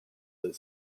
that